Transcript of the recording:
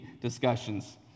discussions